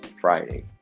Friday